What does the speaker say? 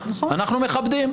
אנחנו מכבדים,